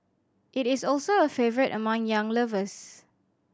it is also a favourite among young lovers